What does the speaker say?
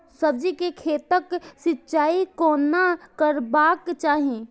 सब्जी के खेतक सिंचाई कोना करबाक चाहि?